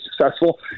successful